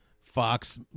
Fox